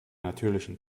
natürlichen